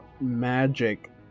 magic